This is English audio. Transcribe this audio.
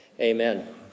amen